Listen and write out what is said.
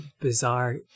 bizarre